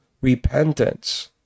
repentance